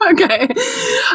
Okay